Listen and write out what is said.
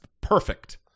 perfect